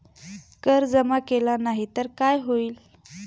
कर जमा केला नाही तर काय होईल?